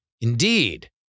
Indeed